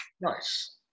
Nice